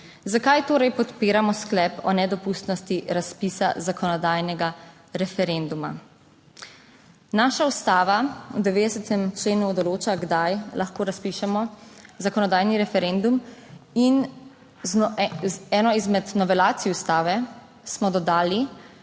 Zakaj torej podpiramo sklep o nedopustnosti razpisa zakonodajnega referenduma? Ustava v 90. členu določa, kdaj lahko razpišemo zakonodajni referendum, in z eno izmed novelacij ustave smo dodali